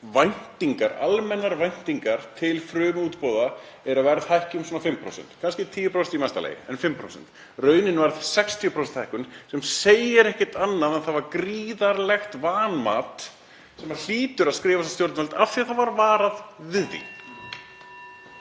línur að almennar væntingar til frumútboða eru að verð hækki um 5%, kannski 10% í mesta lagi. En alla vega 5%. Raunin varð 60% hækkun sem segir ekkert annað en að það var gríðarlegt vanmat sem hlýtur að skrifast á stjórnvöld af því að það var varað við því.